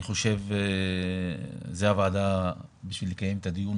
אני חושב שזו הוועדה כדי לקיים את הדיון